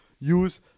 Use